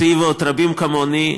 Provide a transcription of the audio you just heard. אותי ועוד רבים כמוני.